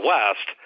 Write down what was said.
West